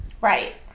Right